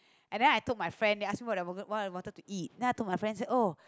and then I took my friend they ask what I wanted what I wanted to eat then I took my say oh